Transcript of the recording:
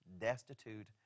destitute